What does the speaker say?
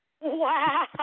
Wow